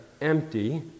empty